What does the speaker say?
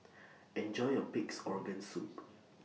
Enjoy your Pig'S Organ Soup